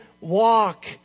walk